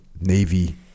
Navy